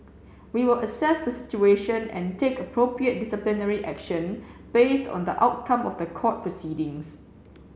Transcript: we will assess the situation and take appropriate disciplinary action based on the outcome of the court proceedings